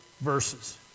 verses